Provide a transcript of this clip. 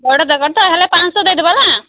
ବଡ଼ ଦରକାର ତ ହେଲେ ପାଂଶହ ଦେଇଦେବ ହେଲା